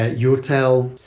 eurotel.